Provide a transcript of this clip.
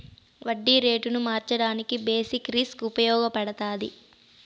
వడ్డీ రేటును మార్చడానికి బేసిక్ రిస్క్ ఉపయగపడతాది